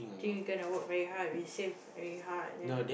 K we gonna work very hard we save very hard and then